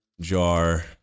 jar